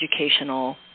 educational